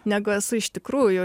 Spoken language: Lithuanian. negu esu iš tikrųjų